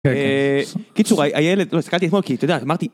בקיצור היה ילד, הסתכלתי אתמול, כי אתה יודע, אמרתי...